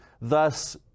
thus